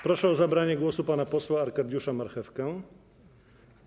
Proszę o zabranie głosu pana posła Arkadiusza Marchewkę.